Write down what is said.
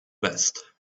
best